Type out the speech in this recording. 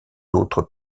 autres